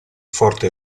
forte